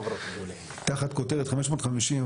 תחת כותרת 550,